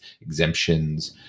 exemptions